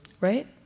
right